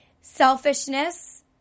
selfishness